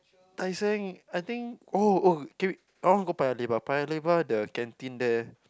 Tai-Seng I think oh oh can we I want go Paya-Lebar Paya-Lebar the canteen there